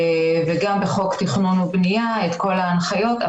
וגם בחוק תכנון ובנייה כל ההנחיות.